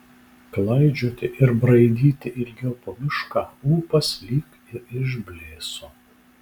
klaidžioti ir braidyti ilgiau po mišką ūpas lyg ir išblėso